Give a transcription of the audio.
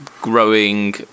growing